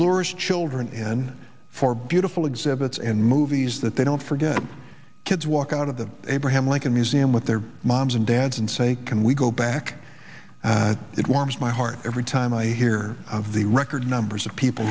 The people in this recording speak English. lures children in for beautiful exhibits and movies that they don't forget kids walk out of the abraham lincoln museum with their moms and dads and say can we go back it warms my heart every time i hear of the record numbers of people